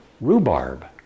rhubarb